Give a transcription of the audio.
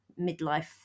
midlife